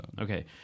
Okay